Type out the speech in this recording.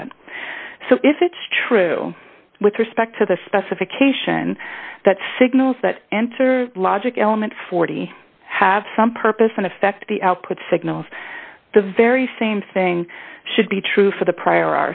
that so if it's true with respect to the specification that signals that enter logic element forty have some purpose and effect the output signals the very same thing should be true for the prior